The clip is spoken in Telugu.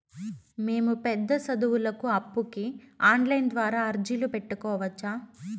మేము పెద్ద సదువులకు అప్పుకి ఆన్లైన్ ద్వారా అర్జీ పెట్టుకోవచ్చా?